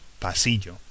pasillo